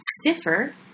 stiffer